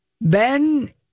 Ben